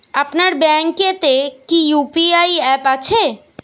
আপনার ব্যাঙ্ক এ তে কি ইউ.পি.আই অ্যাপ আছে?